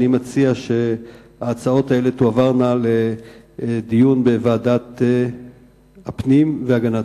אני מציע שההצעות האלה תועברנה לדיון בוועדת הפנים והגנת